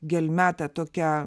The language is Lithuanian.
gelme ta tokia